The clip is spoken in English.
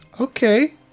Okay